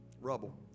rubble